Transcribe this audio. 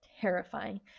terrifying